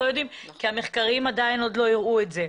יודעים כי המחקרים עדיין לא הראו את זה.